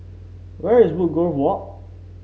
where is Woodgrove Walk